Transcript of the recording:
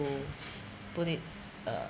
put it uh